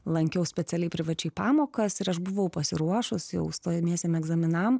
lankiau specialiai privačia pamokas ir aš buvau pasiruošus jau stojamiesiem egzaminam